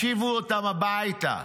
השיבו אותם הביתה,